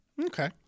Okay